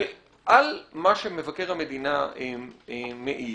על מה שמבקר המדינה מעיד,